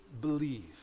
believe